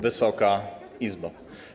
Wysoka Izbo!